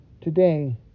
today